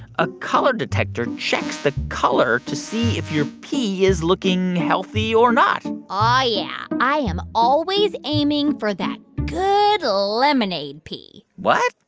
a color detector checks the color to see if your pee is looking healthy or not aw, yeah. i am always aiming for that good lemonade pee what?